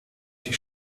die